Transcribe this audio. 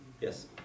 Yes